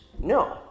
No